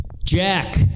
Jack